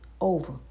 Over